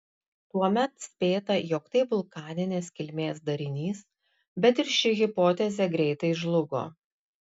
tuomet spėta jog tai vulkaninės kilmės darinys bet ir ši hipotezė greitai žlugo